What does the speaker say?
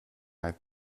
have